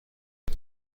برو